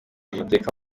amateka